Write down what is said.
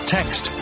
Text